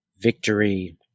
victory